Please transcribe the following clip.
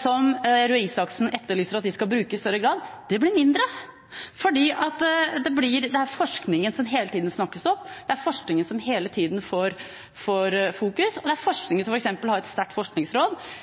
som Røe Isaksen etterlyser at vi skal bruke i større grad, blir mindre, fordi det er forskningen som hele tida snakkes opp, det er forskningen som det hele tida fokuseres på, og forskningen har f.eks. et sterkt forskningsråd.